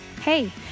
Hey